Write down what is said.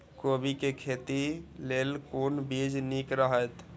कोबी के खेती लेल कोन बीज निक रहैत?